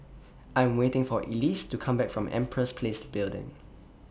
I Am waiting For Elyse to Come Back from Empress Place Building